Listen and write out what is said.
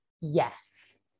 Yes